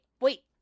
wait